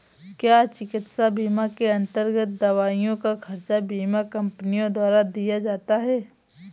क्या चिकित्सा बीमा के अन्तर्गत दवाइयों का खर्च बीमा कंपनियों द्वारा दिया जाता है?